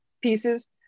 pieces